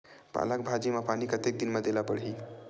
पालक भाजी म पानी कतेक दिन म देला पढ़ही?